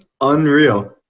Unreal